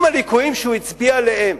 אם הליקויים שהוא הצביע עליהם